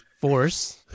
Force